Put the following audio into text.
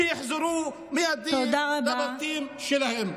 שיחזרו מיידית לבתים שלהם.